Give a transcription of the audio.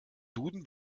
duden